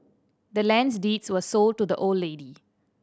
the land's deeds was sold to the old lady